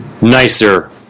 nicer